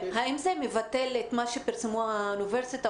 האם זה מבטל את מה שפרסמו האוניברסיטאות,